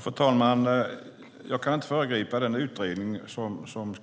Fru talman! Jag kan inte föregripa den utredning som